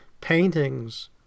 paintings